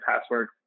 password